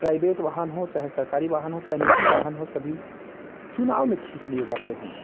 private वाहन हो चाहे सरकारी वाहन हो चाहे निजी वाहन हो सभी चुनाव में खींच लिए जाते हैं